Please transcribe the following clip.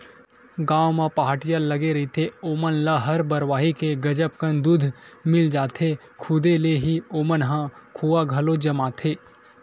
गाँव म पहाटिया लगे रहिथे ओमन ल हर बरवाही के गजब कन दूद मिल जाथे, खुदे ले ही ओमन ह खोवा घलो जमाथे